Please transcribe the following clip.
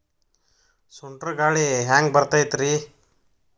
ಸುಂಟರ್ ಗಾಳಿ ಹ್ಯಾಂಗ್ ಬರ್ತೈತ್ರಿ?